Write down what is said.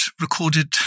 recorded